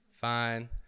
fine